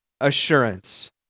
assurance